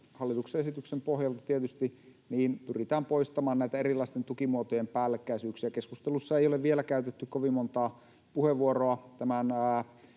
hallituksen esityksen pohjalta tietysti, pyritään poistamaan näitä erilaisten tukimuotojen päällekkäisyyksiä. Keskustelussa ei ole vielä käytetty kovin montaa puheenvuoroa tämän